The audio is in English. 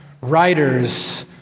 writers